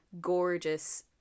gorgeous